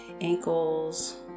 ankles